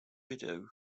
rideau